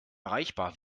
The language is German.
erreichbar